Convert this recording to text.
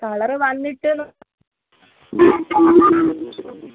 colour വന്നിട്ട്